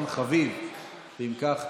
אם כך,